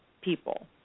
people